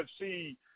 UFC